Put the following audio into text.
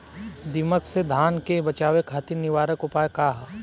दिमक से धान के बचावे खातिर निवारक उपाय का ह?